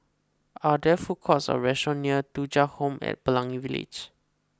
are there food courts or restaurants near Thuja Home at Pelangi Village